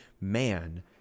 man